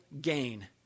gain